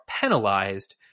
penalized